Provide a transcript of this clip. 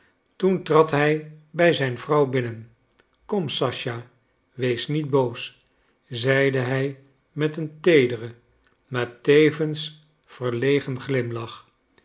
toen trad hij bij zijn vrouw binnen kom sacha wees niet boos zeide hij met een teederen maar tevens verlegen glimlach